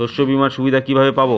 শস্যবিমার সুবিধা কিভাবে পাবো?